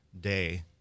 day